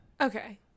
okay